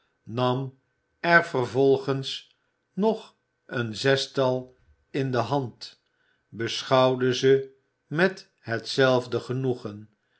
nam er vervolgens nog een zestal in de hand beschouwde ze met hetzelfde genoegen